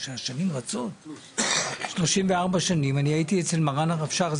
איך שהשנים רצות אני הייתי אצל מרן הרב שך,